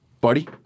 buddy